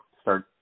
start